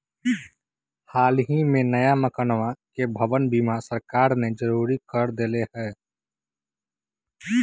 हल ही में नया मकनवा के भवन बीमा सरकार ने जरुरी कर देले है